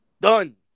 Done